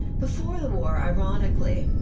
before the war, ironically,